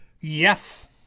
Yes